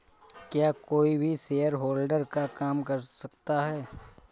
क्या कोई भी शेयरहोल्डर का काम कर सकता है?